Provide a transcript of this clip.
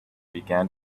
began